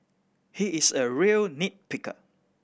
he is a real nit picker